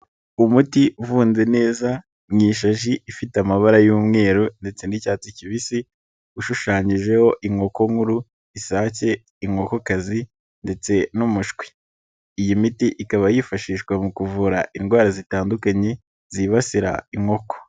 Umuti ufunze neza mu ishashi ifite amabara y'umweru ndetse n'icyatsi kibisi ushushanyijeho inkoko nkuru isake inkokokazi ndetse n'umushwi iyi miti ikaba yifashishwa mu kuvura indwara zitandukanye zibasira inkoko.